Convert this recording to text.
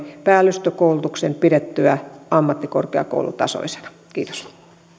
päällystökoulutuksen pidettyä ammattikorkeakoulutasoisena kiitos